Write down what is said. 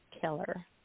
killer